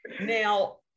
Now